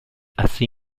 así